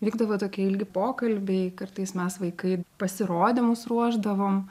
vykdavo tokie ilgi pokalbiai kartais mes vaikai pasirodymus ruošdavom